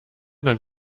not